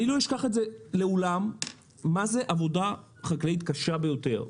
אני לעולם לא אשכח מה זה עבודה חקלאית קשה ביותר.